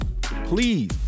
please